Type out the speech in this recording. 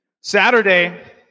Saturday